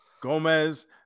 gomez